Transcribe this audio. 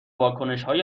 واکنشهای